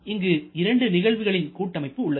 இங்கு இரண்டு நிகழ்வுகளின் கூட்டமைப்பு உள்ளது